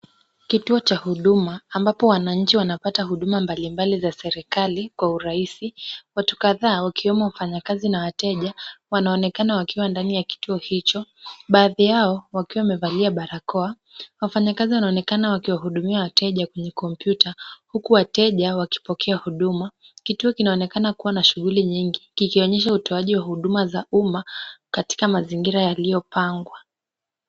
Kituo cha huduma, ambapo wananchi wanapata huduma mbalimbali za serikali kwa urahisi. Watu kadhaa wakiwemo wafanyakazi na wateja wanaonekana wakiwa ndani ya kituo hicho, baadhi yao wakiwa wamevalia barakoa. Wafanyakazi wanaonekana wakiwahudumia wateja kwenye kompyuta, huku wateja wakipokea huduma .Kituo kinaonekana kuwa na shughuli nyingi kikionyesha utoaji wa huduma za umma, katika mazingira yaliyo pangwa.